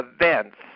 events